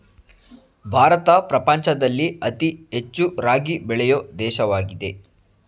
ಭಾರತ ಪ್ರಪಂಚದಲ್ಲಿ ಅತಿ ಹೆಚ್ಚು ರಾಗಿ ಬೆಳೆಯೊ ದೇಶವಾಗಿದೆ